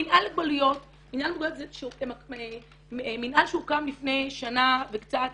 המנהל למוגבלויות זה מנהל שהוקם לפני שנה וקצת